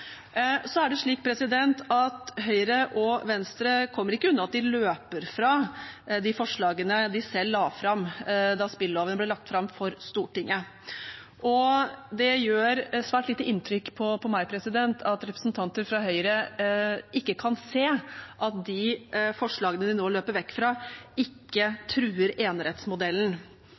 Så er det slik at Høyre og Venstre ikke kommer unna at de løper fra de forslagene de selv la fram da spilloven ble lagt fram for Stortinget. Det gjør svært lite inntrykk på meg at representanter fra Høyre ikke kan se at de forslagene de nå løper vekk fra, truer enerettsmodellen.